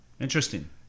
Interesting